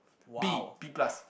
B B plus